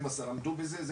12 עמדו בזה, זה